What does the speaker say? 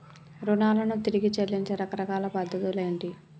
రుణాలను తిరిగి చెల్లించే రకరకాల పద్ధతులు ఏంటి?